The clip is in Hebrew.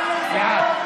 העבודה,